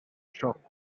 shocked